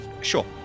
Sure